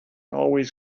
always